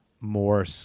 more